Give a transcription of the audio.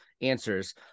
answers